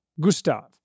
Gustav